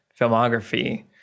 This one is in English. filmography